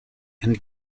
and